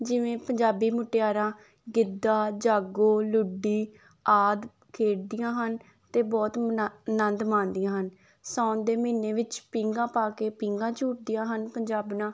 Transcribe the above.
ਜਿਵੇਂ ਪੰਜਾਬੀ ਮੁਟਿਆਰਾਂ ਗਿੱਧਾ ਜਾਗੋ ਲੁੱਡੀ ਆਦਿ ਖੇਡਦੀਆਂ ਹਨ ਅਤੇ ਬਹੁਤ ਮਨਾ ਆਨੰਦ ਮਾਣਦੀਆਂ ਹਨ ਸਾਉਣ ਦੇ ਮਹੀਨੇ ਵਿੱਚ ਪੀਂਘਾਂ ਪਾ ਕੇ ਪੀਂਘਾਂ ਝੂਟਦੀਆਂ ਹਨ ਪੰਜਾਬਣਾਂ